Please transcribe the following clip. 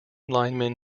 linemen